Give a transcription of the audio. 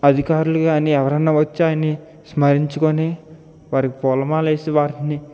అధికారులు కానీ ఎవరైనా వచ్చి ఆయన్ని స్మరించుకొని వారికి పూలమాల వేసి వారిని